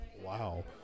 wow